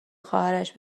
خواهرش